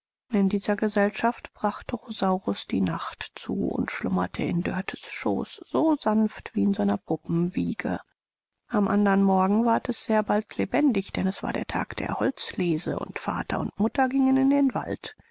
in dieser gesellschaft brachte rosaurus die nacht zu und schlummerte in dortens schooß so sanft wie in seiner puppenwiege am andern morgen ward es sehr bald lebendig denn es war der tag der holzlese und vater und mutter gingen in den wald